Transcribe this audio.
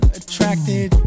attracted